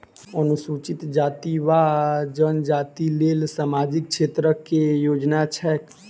अनुसूचित जाति वा जनजाति लेल सामाजिक क्षेत्रक केँ योजना छैक?